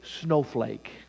snowflake